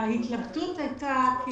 ההתלבטות היתה כי